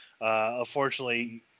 unfortunately